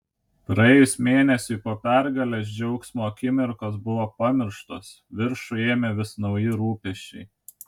praėjus mėnesiui po pergalės džiaugsmo akimirkos buvo primirštos viršų ėmė vis nauji rūpesčiai